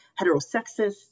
heterosexist